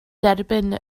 derbyn